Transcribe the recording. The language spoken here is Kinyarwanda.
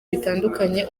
bitandukanye